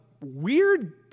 weird